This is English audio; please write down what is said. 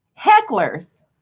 hecklers